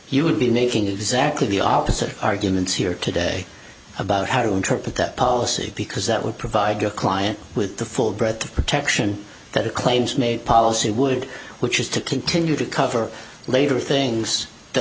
you would be making exactly the opposite arguments here today about how to interpret that policy because that would provide your client with the full breadth of protection that claims made policy would which is to continue to cover later things that